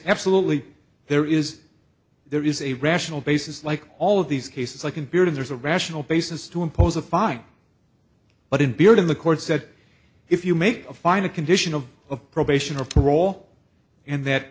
absolutely there is there is a rational basis like all of these cases like in britain there's a rational basis to impose a fine but in bearden the court said if you make a fine a conditional of probation or parole and that